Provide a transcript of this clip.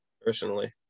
personally